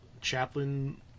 chaplain –